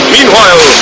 Meanwhile